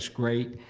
great,